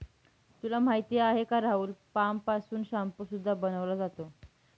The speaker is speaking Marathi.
तुला माहिती आहे का राहुल? पाम पासून शाम्पू सुद्धा बनवला जातो